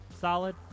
solid